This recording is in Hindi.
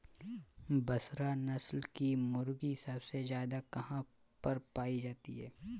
बसरा नस्ल की मुर्गी सबसे ज्यादा कहाँ पर पाई जाती है?